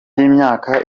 cy’imyaka